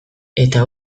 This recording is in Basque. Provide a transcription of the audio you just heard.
eta